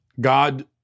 God